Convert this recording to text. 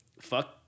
fuck